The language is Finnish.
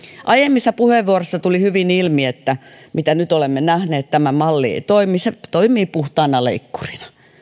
aiemmissa puheenvuoroissa tuli hyvin ilmi se minkä nyt olemme nähneet tämä malli ei toimi se toimii puhtaana leikkurina